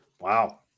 Wow